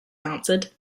answered